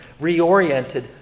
reoriented